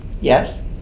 yes